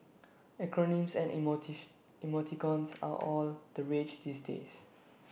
acronyms and emoticons are all the rage these days